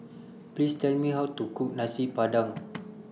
Please Tell Me How to Cook Nasi Padang